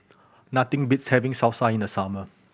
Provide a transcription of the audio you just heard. nothing beats having Salsa in the summer